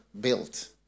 built